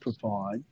provide